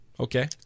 Okay